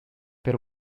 per